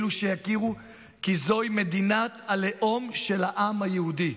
אלו שהכירו כי זוהי מדינת הלאום של העם היהודי.